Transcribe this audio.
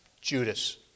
Judas